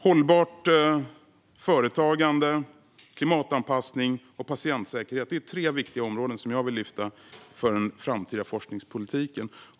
Hållbart företagande, klimatanpassning och patientsäkerhet är tre viktiga områden som jag vill lyfta upp för den framtida forskningspolitiken.